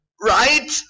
right